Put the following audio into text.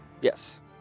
Yes